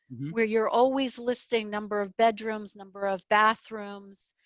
where you're always listing number of bedrooms, number of bathrooms,